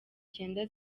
cyenda